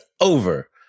over